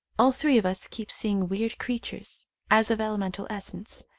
all three of us keep seeing weird creatures as of elemental essence.